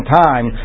time